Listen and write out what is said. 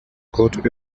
caught